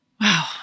Wow